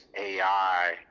AI